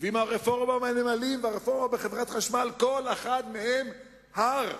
ועם הרפורמה בנמלים ובחברת החשמל, כל אחת מהן הר.